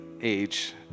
age